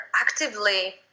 actively